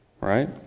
Right